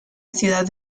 ciudad